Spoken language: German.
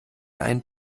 einen